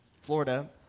Florida